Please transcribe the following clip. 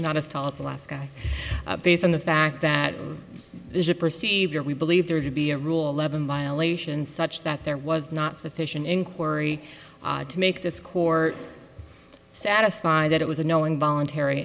not us told the last guy based on the fact that there's a perceived or we believe there to be a rule eleven violations such that there was not sufficient inquiry to make this court satisfied that it was a knowing voluntary